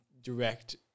direct